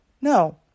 No